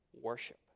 worship